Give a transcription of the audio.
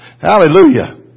Hallelujah